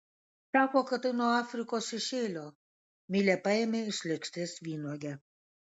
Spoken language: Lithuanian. sako kad tai nuo afrikos šešėlio milė paėmė iš lėkštės vynuogę